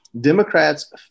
Democrats